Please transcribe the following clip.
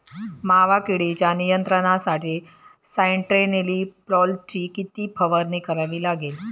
मावा किडीच्या नियंत्रणासाठी स्यान्ट्रेनिलीप्रोलची किती फवारणी करावी लागेल?